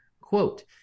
quote